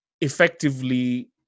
effectively